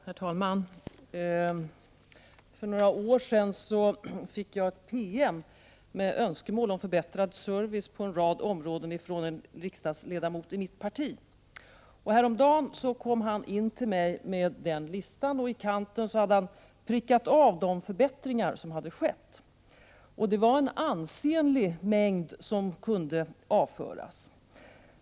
Herr talman! För några år sedan fick jag från en riksdagsledamot i mitt parti en PM med önskemål om förbättrad service på en rad områden. Häromdagen kom han in till mig med den listan, och i kanten hade han prickat av de förbättringar som skett. Det var en ansenlig mängd önskemål som kunde avföras.